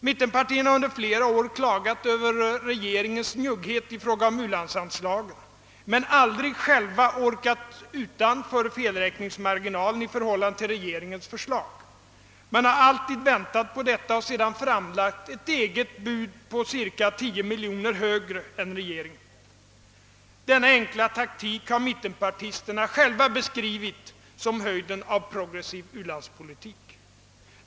Mittenpartierna har under flera år klagat över regeringens njugghet i fråga om u-landsanslagen men aldrig själva orkat gå utanför felräkningsmarginalen i förhållande till dess förslag. De har alltid väntat på detta och sedan framlagt ett eget bud på ca 10 miljoner kronor mer än regeringens. Denna enkla taktik har mittenpartisterna själva beskrivit som höjden av progressiv u-landspolitik.